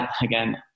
again